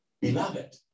Beloved